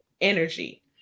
energy